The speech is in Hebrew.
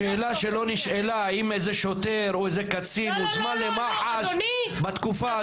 השאלה שלא נשאלה היא האם שוטר או קצין הוזמן למח"ש בתקופה הזאת.